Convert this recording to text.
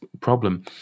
problem